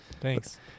Thanks